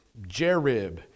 Jerib